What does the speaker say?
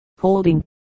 holding